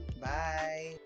bye